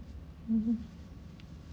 mmhmm